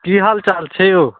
की हाल चाल छै औ